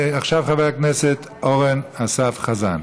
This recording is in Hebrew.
עכשיו חבר הכנסת אורן אסף חזן.